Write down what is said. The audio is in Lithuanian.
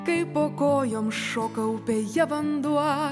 kai po kojom šoka upėje vanduo